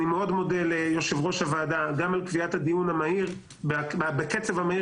אני מאוד מודה ליושב-ראש הוועדה גם על קביעת הדיון בקצב מהיר,